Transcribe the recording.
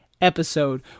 episode